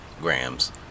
grams